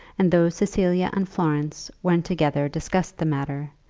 and though cecilia and florence when together discussed the matter,